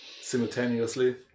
simultaneously